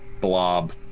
blob